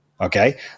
okay